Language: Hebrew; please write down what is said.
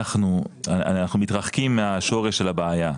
אנחנו מתרחקים מהשורש של הבעיה.